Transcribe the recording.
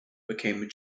became